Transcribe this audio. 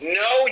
no